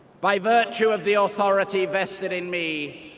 by virtue of the authority vested in me,